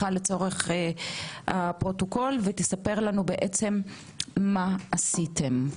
וספר לנו מה עשיתם.